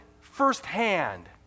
firsthand